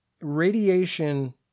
radiation